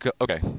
okay